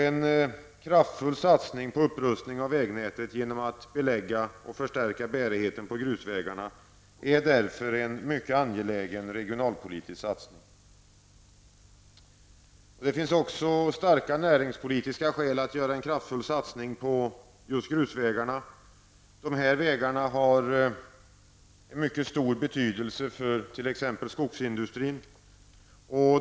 En kraftfull satsning på upprustning av vägnätet genom att belägga och förstärka bärigheten hos grusvägarna är därför en mycket angelägen regionalpolitisk satsning. Det finns också starka näringspolitiska skäl att göra en kraftfull satsning på upprustning av grusvägarna. Dessa vägsträckor har t.ex. en mycket stor betydelse för skogsindustrin.